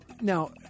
now